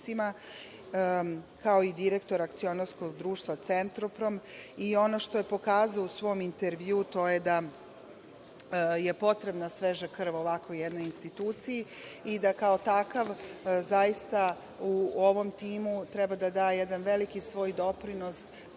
kao i direktor akcionarskog društva „Centroprom“. Ono što je pokazao u samom intervjuu, to je da je potrebna sveža krv ovakvoj jednoj instituciji i da kao takav zaista u ovom timu treba da da jedan veliki svoj doprinos